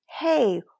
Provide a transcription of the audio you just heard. hey